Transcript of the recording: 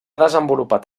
desenvolupat